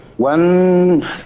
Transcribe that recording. One